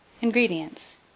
Ingredients